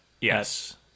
Yes